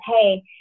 Hey